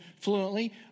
fluently